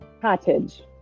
cottage